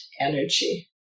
energy